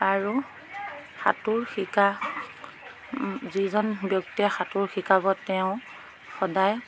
আৰু সাঁতোৰ শিকা যিজন ব্যক্তিয়ে সাঁতোৰ শিকাব তেওঁ সদায়